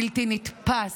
בלתי נתפס,